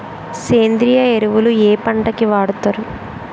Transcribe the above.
సేంద్రీయ ఎరువులు ఏ పంట కి వాడుతరు?